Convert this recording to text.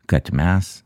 kad mes